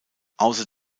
außer